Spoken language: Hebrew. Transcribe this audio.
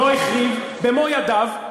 לא החריב, במו ידיו,